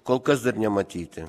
kol kas dar nematyti